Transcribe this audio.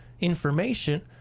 information